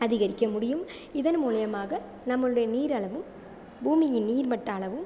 அதிகரிக்க முடியும் இதன் மூலிமாக நம்மளுடைய நீர் அளவும் பூமியின் நீர்மட்ட அளவும்